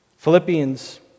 Philippians